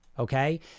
Okay